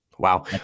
Wow